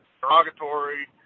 derogatory